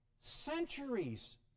centuries